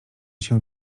się